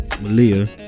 Malia